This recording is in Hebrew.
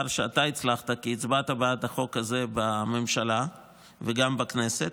שאתה הצלחת כי הצבעת בעד החוק הזה בממשלה וגם בכנסת,